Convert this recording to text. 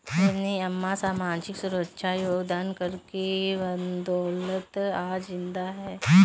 रजनी अम्मा सामाजिक सुरक्षा योगदान कर के बदौलत आज जिंदा है